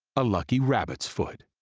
a lucky rabbit's foot,